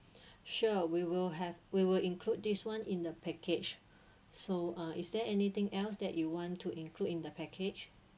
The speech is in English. sure we will have we will include this one in the package so uh is there anything else that you want to include in the package